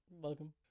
welcome